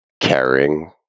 caring